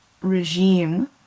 regime